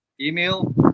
Email